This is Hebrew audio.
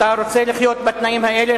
אתה רוצה לחיות בתנאים האלה,